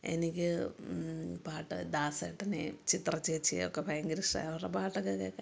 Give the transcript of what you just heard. എനിക്ക് പാട്ട് ദാസേട്ടനെയും ചിത്ര ചേച്ചിയെയും ഒക്കെ ഭയങ്കര ഇഷ്ടമാണ് അവരുടെ പാട്ടൊക്കെ കേള്ക്കാൻ